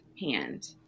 hand